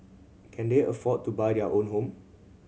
can they afford to buy their own home